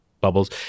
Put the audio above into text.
bubbles